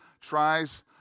tries